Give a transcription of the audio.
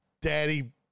daddy